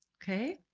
okay?